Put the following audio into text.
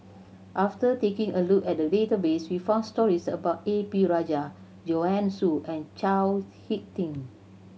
after taking a look at the database we found stories about A P Rajah Joanne Soo and Chao Hick Tin